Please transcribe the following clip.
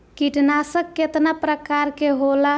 कीटनाशक केतना प्रकार के होला?